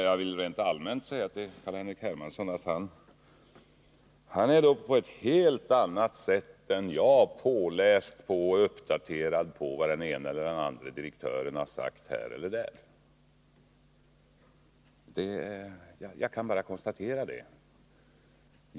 Jag vill rent allmänt säga till Carl-Henrik Hermansson att han på ett helt annat sätt än jag läst på och blivit uppdaterad om vad den ene eller andre direktören sagt här eller där. Jag kan bara konstatera detta.